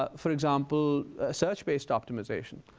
for example search-based optimization.